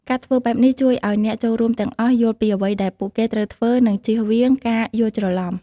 ការធ្វើបែបនេះ ជួយឱ្យអ្នកចូលរួមទាំងអស់យល់ពីអ្វីដែលពួកគេត្រូវធ្វើ និងជៀសវាងការយល់ច្រឡំ។